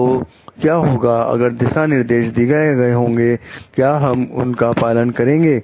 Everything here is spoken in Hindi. तो क्या होगा अगर दिशा निर्देश दिए गए होंगे क्या हम उनका पालन करेंगे